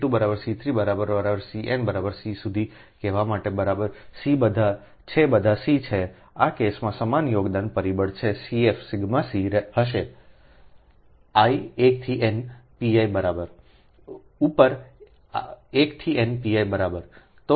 CnCસુધી કહેવા માટે બરાબર સી બધા છે બધા C છે આ કેસમાં સમાન યોગદાન પરિબળ છે CF Cહશે i 1 થી n Pi બરાબર ઉપર 1 થી n Pi બરાબર